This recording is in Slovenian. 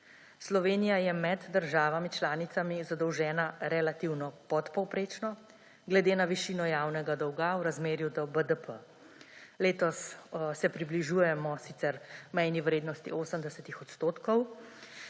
Slovenija je med državami članicami zadolžena relativno podpovprečno glede na višino javnega dolga v razmerju do BDP. Letos se približujemo sicer mejni vrednosti 80-ih odstotkov,